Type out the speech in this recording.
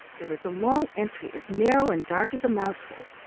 there was a long entry as narrow and dark as a mouse-hole,